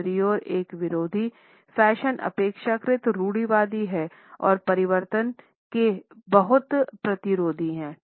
दूसरी ओर एक विरोधी फैशन अपेक्षाकृत रूढ़िवादी है और परिवर्तन के बहुत प्रतिरोधी है